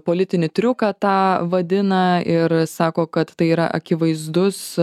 politinį triuką tą vadina ir sako kad tai yra akivaizdus